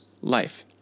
life